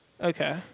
Okay